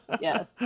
Yes